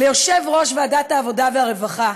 ליושב-ראש ועדת העבודה והרווחה,